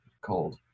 cold